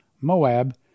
Moab